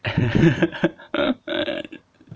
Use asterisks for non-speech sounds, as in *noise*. *laughs*